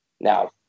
now